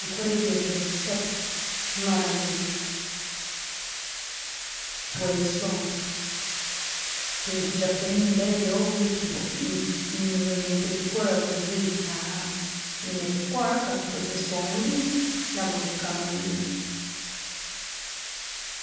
Nkole ebyo ebiro bisatu kumara week tinkwijja kulindaebyo, ngendekukorabuliweek, nina kukora nkakozesa omubiri nagwo gukamanyira.